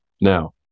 Now